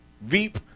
Veep